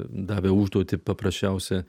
davė užduotį paprasčiausia